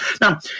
Now